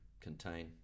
contain